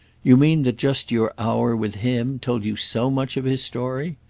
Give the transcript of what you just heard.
you mean that just your hour with him told you so much of his story?